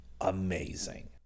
amazing